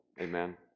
Amen